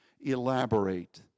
elaborate